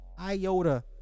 iota